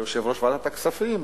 שהיה יושב-ראש ועדת הכספים,